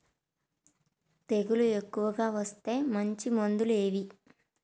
తెగులు ఎక్కువగా వస్తే మంచి మందులు ఏవి?